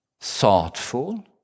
thoughtful